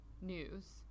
news